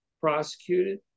prosecuted